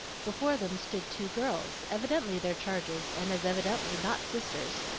before them stood two girls, evidently their charges, and as evidently not sisters,